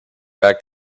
back